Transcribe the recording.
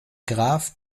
graph